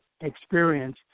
experience